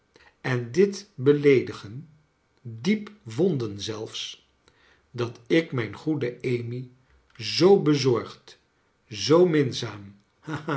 en dit beleedigen diep wonden zelfs dat ik mijn goede amy zoo bezorgd zoo